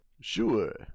Sure